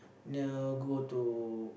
near go to